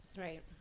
Right